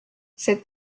cette